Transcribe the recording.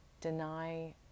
deny